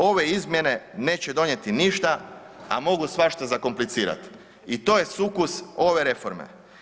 Ove izmjene neće donijeti ništa, a mogu svašta zakomplicirat i to je sukus ove reforme.